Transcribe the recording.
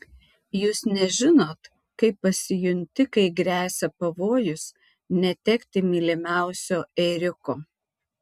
jūs nežinot kaip pasijunti kai gresia pavojus netekti mylimiausio ėriuko